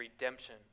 redemption